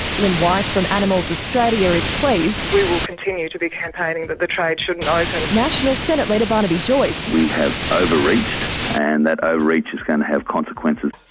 lynne white from animals australia is pleased. we will continue to be campaigning that the trade shouldn't open. national senate leader, barnaby joyce. we have over-reached and that over-reach is going to have consequences.